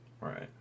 Right